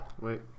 Wait